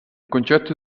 concetto